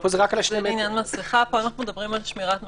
פה אנו מדברים על שמירת מרחק.